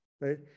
right